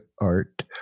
art